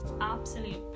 absolute